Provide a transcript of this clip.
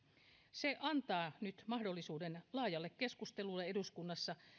se antaa nyt mahdollisuuden laajalle keskustelulle eduskunnassa